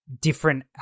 different